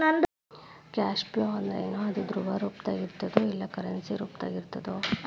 Cash flow ಅಂದ್ರೇನು? ಅದು ದ್ರವ ರೂಪ್ದಾಗಿರ್ತದೊ ಇಲ್ಲಾ ಕರೆನ್ಸಿ ರೂಪ್ದಾಗಿರ್ತದೊ?